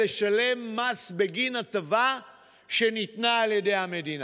לשלם מס בגין הטבה שניתנה על ידי המדינה.